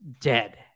dead